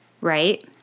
right